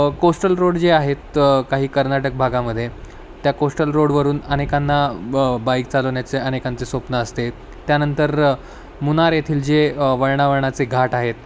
coastal road जे आहेत काही कर्नाटक भागामध्ये त्या कोस्टल रोडवरून अनेकांना ब बाईक चालवण्याचे अनेकांचे स्वप्न असते त्यानंतर मुन्नार येथील जे वळणावळणाचे घाट आहेत